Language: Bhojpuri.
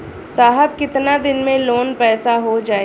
साहब कितना दिन में लोन पास हो जाई?